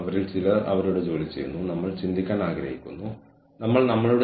സ്വാധീനം വികാരങ്ങളുമായി ബന്ധപ്പെട്ടതാണ് ഇടപഴകലുമായി ബന്ധപ്പെട്ടതാണ് പ്രതിബദ്ധതയുമായി ബന്ധപ്പെട്ടതാണ്